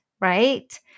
right